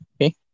okay